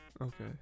Okay